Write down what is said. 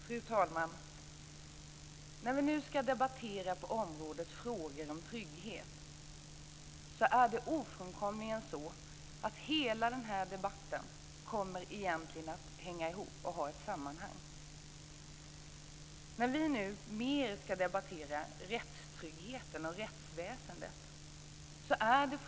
Fru talman! I dag ska vi debattera frågor om trygghet. Då är det ofrånkomligt att hela debatten kommer att hänga ihop och ha ett samband. Nu ska vi debattera rättstryggheten och rättsväsendet.